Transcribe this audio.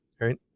Right